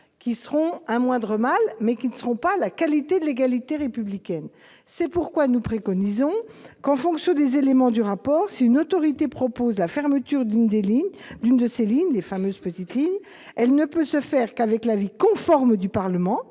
qui correspondront au moindre mal, mais qui ne permettront pas d'assurer la qualité de l'égalité républicaine. C'est pourquoi nous préconisons qu'« en fonction des éléments du rapport, si une autorité propose la fermeture d'une de ces lignes, elle ne peut se faire qu'avec l'avis conforme du Parlement.